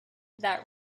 that